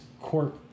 court